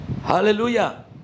Hallelujah